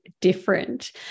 different